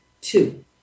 two